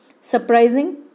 surprising